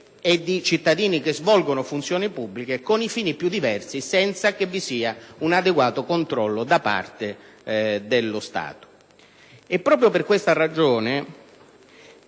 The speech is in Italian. e di cittadini che svolgono funzioni pubbliche con i fini più diversi e senza un adeguato controllo da parte dello Stato. Proprio per questa ragione